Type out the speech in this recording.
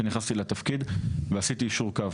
כשניכסתי לתפקיד ועשיתי יישור קו.